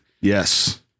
Yes